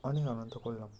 অনেক আনন্দ করলাম